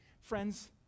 Friends